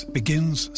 begins